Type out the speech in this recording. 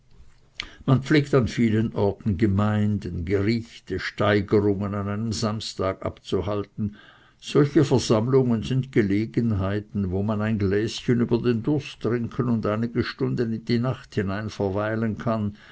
man pflegt an vielen orten gemeinden gerichte steigerungen an einem samstage abzuhalten solche versammlungen sind gelegenheiten wo man ein gläschen über den durst trinken und einige stunden in die nacht hinein verweilen kann